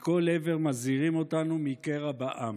מכל עבר מזהירים אותנו מקרע בעם.